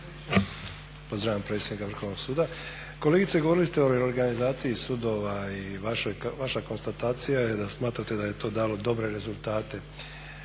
Pozdravljam predsjednika Vrhovnog suda. Kolegice govorili ste o reorganizaciji sudova i vaša konstatacija je da smatrate da je to dalo dobre rezultate.